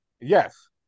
Yes